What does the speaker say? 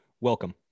welcome